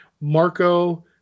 Marco